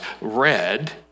read